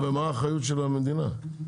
ומה האחריות של המדינה?